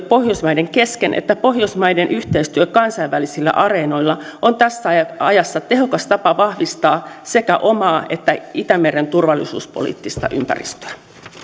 pohjoismaiden kesken että pohjoismaiden yhteistyö kansainvälisillä areenoilla on tässä ajassa tehokas tapa vahvistaa sekä omaa että itämeren turvallisuuspoliittista ympäristöä